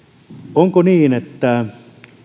onko niin että